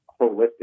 holistic